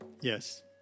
Yes